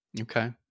Okay